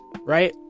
right